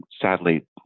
sadly